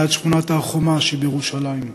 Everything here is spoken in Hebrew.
ליד שכונת הר-חומה שבירושלים.